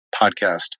podcast